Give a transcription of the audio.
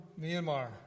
Myanmar